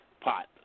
pot